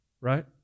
Right